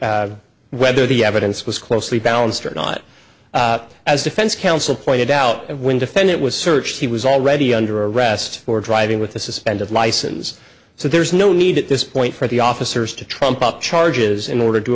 to whether the evidence was closely balanced or not as defense counsel pointed out when defendant was searched he was already under arrest for driving with a suspended license so there is no need at this point for the officers to trump up charges in order to